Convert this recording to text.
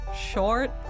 short